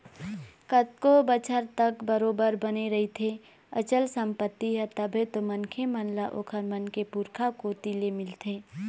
कतको बछर तक बरोबर बने रहिथे अचल संपत्ति ह तभे तो मनखे मन ल ओखर मन के पुरखा कोती ले मिलथे